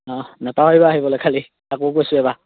অঁ নাপাহৰিবা আহিবলৈ খালী আকৌ কৈছোঁ এবাৰ